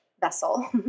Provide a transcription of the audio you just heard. vessel